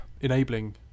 enabling